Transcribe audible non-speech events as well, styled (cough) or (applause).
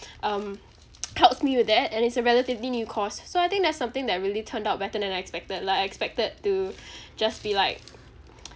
um (noise) helps me with that and it's a relatively new course so I think that's something that really turned out better than I expected lah I expected to just be like (noise)